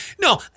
no